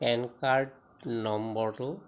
PAN card নম্বৰটো